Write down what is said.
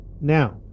Now